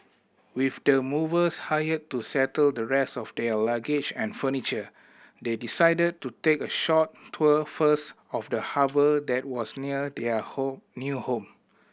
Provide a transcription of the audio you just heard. with the movers hired to settle the rest of their luggage and furniture they decided to take a short tour first of the harbour that was near their home new home